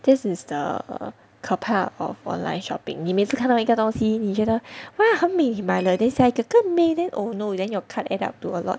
this is the err 可怕 of online shopping 你每次看到一个东西你觉得 !wah! 很美你买了 then 下一个更美 leh then oh no then your cart add up to a lot